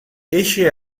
eixe